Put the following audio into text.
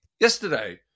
yesterday